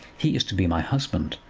he is to be my husband,